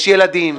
יש ילדים.